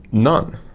none.